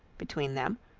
between them,